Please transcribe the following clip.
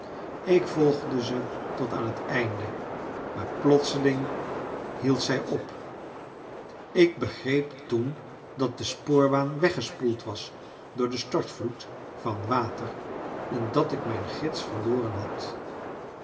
ik volgde ze tot aan het einde maar plotseling hield zij op ik begreep toen dat de spoorbaan weggespoeld was door den stortvloed van water en dat ik mijn gids verloren had